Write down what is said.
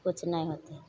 किछु नहि होतय